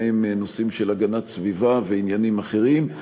והם נושאים של הגנת הסביבה ועניינים אחרים.